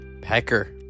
Pecker